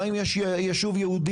גם אם יש ישוב יהודי,